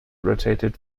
rotated